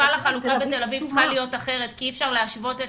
בכלל החלוקה בתל אביב צריכה להיות אחרת כי אי אפשר להשוות את